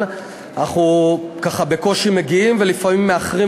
אנחנו ככה בקושי מגיעים ולפעמים מאחרים,